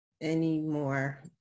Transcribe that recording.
anymore